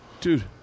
Dude